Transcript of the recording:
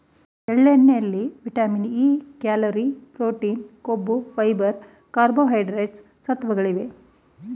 ಎಳ್ಳೆಣ್ಣೆಯಲ್ಲಿ vitamin E, calorie, protein, ಕೊಬ್ಬು, fibre, carbohydrates ಸತ್ವಗಳಿವೆ